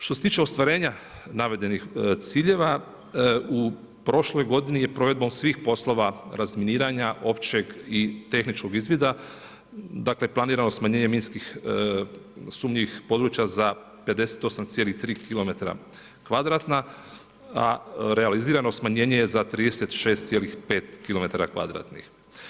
Što se tiče ostvarenja navedenih ciljeva, u prošloj godini je provedbom svih poslova razminiranja općeg i tehničkog izgleda, dakle planirano smanjenje minskih sumnjivih područja za 58,3 km kvadratna, a realizirano smanjenje je za 36,5 km kvadratnih.